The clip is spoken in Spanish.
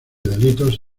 delitos